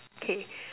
K